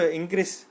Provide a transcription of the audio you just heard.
increase